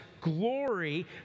glory